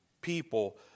people